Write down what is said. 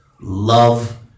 love